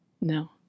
No